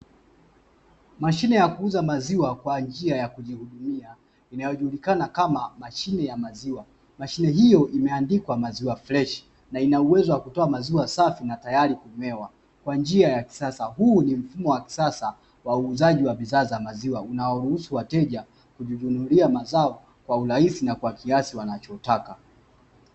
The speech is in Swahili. Mashine ya kuuza maziwa kwa njia ya kujimiminia inayojulikana kama mashine ya maziwa, mashine hiyo imeandikwa maziwa freshi, na ina uwezo wa kutoa maziwa safi na tayari kunywewa, kwa njia ya kisasa; huu ni mfumo wa kisasa wa uuzaji wa bidhaa za maziwa unaoruhusu wateja kujinunulia maziwa kwa urahisi na kiasi wanachotaka.